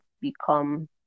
become